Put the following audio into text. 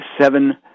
seven